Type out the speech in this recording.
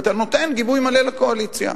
ואתה נותן גיבוי מלא לקואליציה.